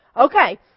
Okay